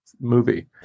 movie